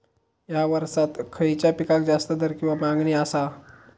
हया वर्सात खइच्या पिकाक जास्त दर किंवा मागणी आसा?